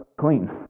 clean